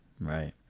Right